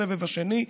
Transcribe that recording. הסבב השני,